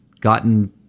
gotten